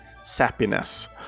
sappiness